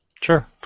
Sure